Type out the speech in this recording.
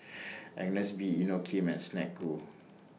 Agnes B Inokim and Snek Ku